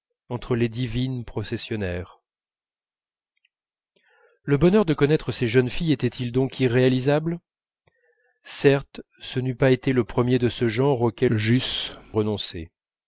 entre les divines processionnaires le bonheur de connaître ces jeunes filles était-il donc irréalisable certes ce n'eût pas été le premier de ce genre auquel j'eusse renoncé